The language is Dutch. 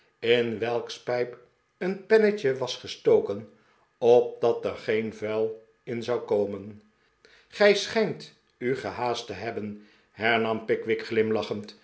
in welks pijp een pennetje was gestoken opdat er geen vuil in zou komen gij schijnt u gehaast te hebben hernam pickwick glimlachend